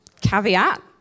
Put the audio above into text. Caveat